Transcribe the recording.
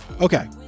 okay